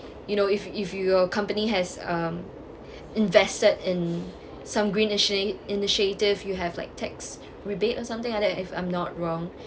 you know if if your company has um invested in some green ini~ initiative you have like tax rebate or something like that if I'm not wrong